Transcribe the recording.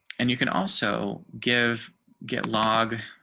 and you can also give get log,